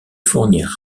fournir